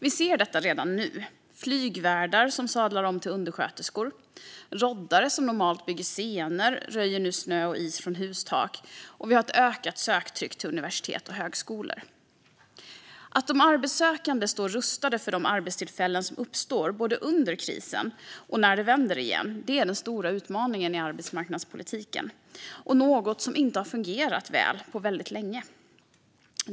Vi ser det redan nu: Flygvärdar sadlar om till undersköterskor, roddare, som normalt bygger scener, röjer nu snö och is från hustak, och det är ett ökat söktryck på universitet och högskolor. Att de arbetssökande står rustade för de arbetstillfällen som uppstår både under krisen och när det vänder igen är den stora utmaningen i arbetsmarknadspolitiken och något som tyvärr inte har fungerat väl på väldigt länge.